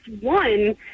one